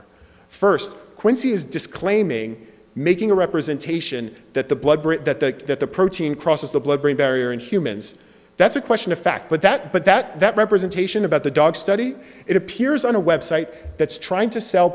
honor first quincy is disclaiming making a representation that the blood bridge that the that the protein crosses the blood brain barrier in humans that's a question of fact but that but that representation about the dog study it appears on a website that's trying to sell